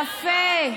יפה.